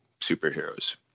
superheroes